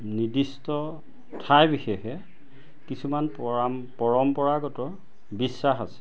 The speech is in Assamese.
নিৰ্দিষ্ট ঠাই বিশেষে কিছুমান পৰম্পৰাগত বিশ্বাস আছে